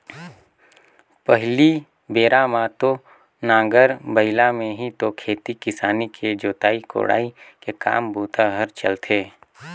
पहिली बेरा म तो नांगर बइला में ही तो खेती किसानी के जोतई कोड़ई के काम बूता हर चलथे